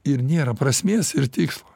ir nėra prasmės ir tikslo